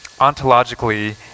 ontologically